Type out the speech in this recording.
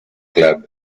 club